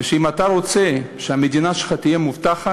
ושאם אתה רוצה שהמדינה שלך תהיה מובטחת